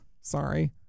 Sorry